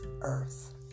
earth